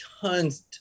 tons